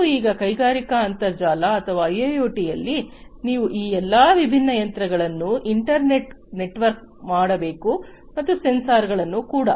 ನೀವು ಈಗ ಕೈಗಾರಿಕಾ ಅಂತರ್ಜಾಲ ಅಥವಾ ಐಐಒಟಿಯಲ್ಲಿ ನೀವು ಈ ಎಲ್ಲಾ ವಿಭಿನ್ನ ಯಂತ್ರಗಳನ್ನು ಇಂಟರ್ ನೆಟ್ ವರ್ಕ್ ಮಾಡಬೇಕು ಮತ್ತು ಸೆನ್ಸರ್ ಗಳನ್ನು ಕೂಡ